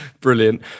brilliant